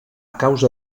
causa